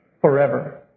forever